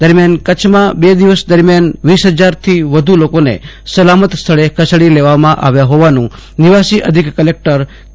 દરમિયાન કચ્છમાં બે દિવસ દરમિયાન વીસ હજારથી વધુ લોકોને સલામત સ્થળે ખસેડી લેવામાં આવ્યા હોવાનું નિવાસી અધિક કલેકટર કે